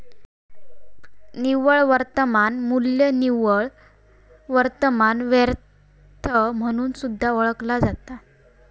निव्वळ वर्तमान मू्ल्य निव्वळ वर्तमान वर्थ म्हणून सुद्धा ओळखला जाता